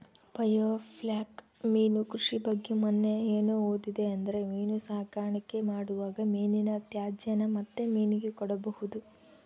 biofloc ಮೀನು ಕೃಷಿ ಬಗ್ಗೆ ಮನ್ನೆ ಏನು ಓದಿದೆ ಅಂದ್ರೆ ಮೀನು ಸಾಕಾಣಿಕೆ ಮಾಡುವಾಗ ಮೀನಿನ ತ್ಯಾಜ್ಯನ ಮತ್ತೆ ಮೀನಿಗೆ ಕೊಡಬಹುದು